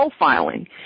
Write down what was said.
profiling